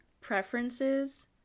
preferences